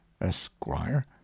Esquire